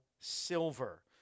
silver